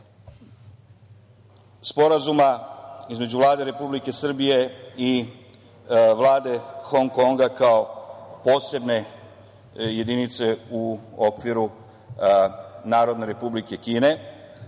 Sporazuma između Vlade Republike Srbije i Vlade Hong Konga kao posebne jedinice u okviru Narodne Republike Kine,